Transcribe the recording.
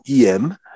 EM